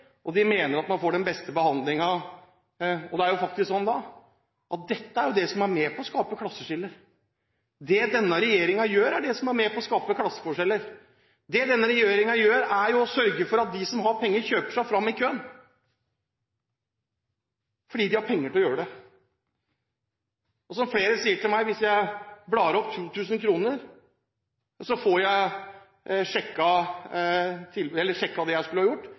fordi de mener at de får den beste behandlingen. Og det er faktisk slik at det er dette som er med på å skape et klasseskille. Det denne regjeringen gjør, er det som er med på å skape klasseforskjeller. Det denne regjeringen gjør, er å sørge for at de som har penger, kjøper seg fram i køen fordi de har penger til å gjøre det. Og som flere sier til meg: Hvis jeg blar opp 2 000 kr, får jeg sjekket det jeg skal ha